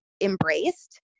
embraced